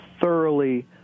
thoroughly